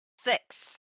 six